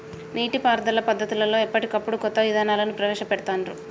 నీటి పారుదల పద్దతులలో ఎప్పటికప్పుడు కొత్త విధానాలను ప్రవేశ పెడుతాన్రు